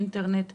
אינטרנט וסיבים.